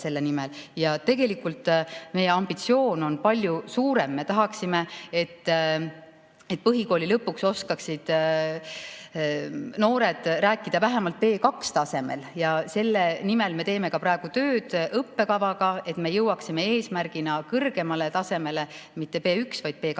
Tegelikult on meie ambitsioon palju suurem. Me tahaksime, et põhikooli lõpuks oskaksid noored rääkida vähemalt B2‑tasemel. Selle nimel me teeme praegu tööd õppekavaga, et meie eesmärk jõuaks kõrgemale tasemele, mitte B1-, vaid